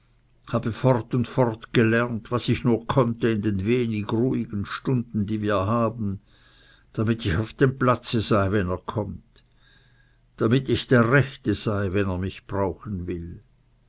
habe fort und fort gelernt was ich nur konnte in den wenig ruhigen stunden die wir haben damit ich auf dem platze sei wenn er kommt damit ich der rechte sei wenn er mich brauchen will